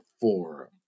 four